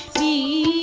the